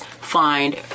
find